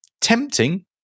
Tempting